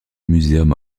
museum